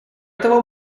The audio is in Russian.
того